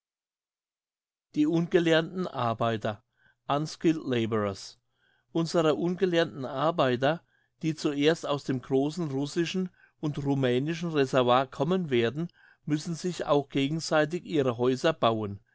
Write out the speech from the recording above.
die ungelernten arbeiter unskilled labourers unsere ungelernten arbeiter die zuerst aus dem grossen russischen und rumänischen reservoir kommen werden müssen sich auch gegenseitig ihre häuser bauen